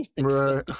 right